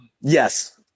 Yes